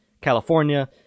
California